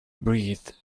breathed